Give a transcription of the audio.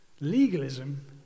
legalism